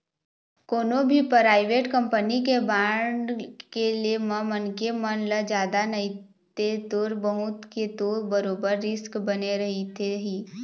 कोनो भी private company के बांड के ले म मनखे मन ल जादा नइते थोर बहुत के तो बरोबर रिस्क बने रहिथे ही